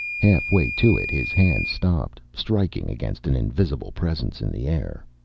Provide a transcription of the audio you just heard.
half way to it his hand stopped, striking against an invisible presence in the air.